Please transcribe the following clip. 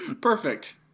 Perfect